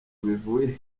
bivuye